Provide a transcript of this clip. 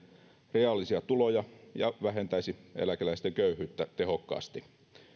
reaalisia tuloja ja vähentäisi eläkeläisten köyhyyttä tehokkaasti